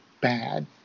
bad